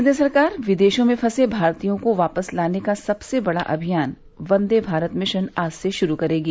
केन्द्र सरकार विदेशों में फसे भारतीयों को वापस लाने का सबसे बड़ा अभियान वन्दे भारत मिशन आज से शुरू करेगी